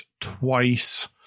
twice